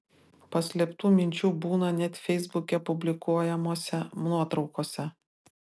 paslėptų minčių būna net feisbuke publikuojamose nuotraukose